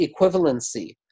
equivalency